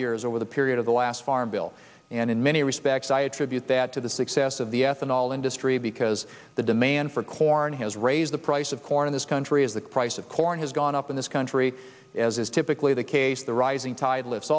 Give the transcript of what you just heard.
years over the period of the last farm bill and in many respects i attribute that to the success of the ethanol industry because the demand for corn has raised the price of corn in this country as the price of corn has gone up in this country as is typically the case the rising tide lifts